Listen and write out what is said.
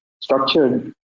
structured